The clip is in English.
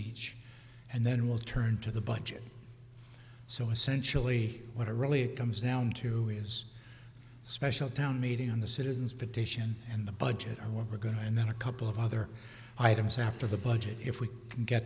each and then we'll turn to the budget so essentially what it really comes down to is a special town meeting on the citizens petition and the budget or we're going to and then a couple of other items after the budget if we can get